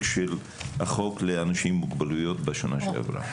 של החוק לאנשים עם מוגבלויות בשנה שעברה.